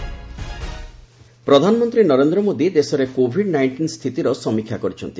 PM review ପ୍ରଧାନମନ୍ତ୍ରୀ ନରେନ୍ଦ୍ ମୋଦୀ ଦେଶରେ covid nineteen ସ୍ଥିତିର ସମୀକ୍ଷା କରିଛନ୍ତି